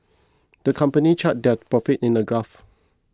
the company charted their profits in a graph